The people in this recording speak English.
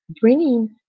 bringing